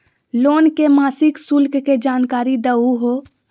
Loan के मासिक शुल्क के जानकारी दहु हो?